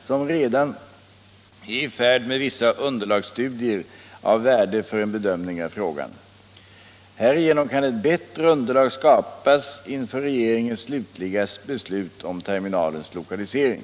som redan är i färd med vissa underlagsstudier av värde för en bedömning av frågan. Härigenom kan ett bättre underlag skapas inför regeringens slutgiltiga beslut om terminalens lokalisering.